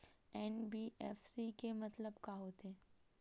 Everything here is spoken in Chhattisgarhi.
एन.बी.एफ.सी के मतलब का होथे?